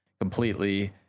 completely